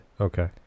Okay